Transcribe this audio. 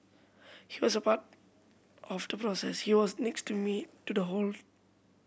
he was a part of the process he was next to me to the whole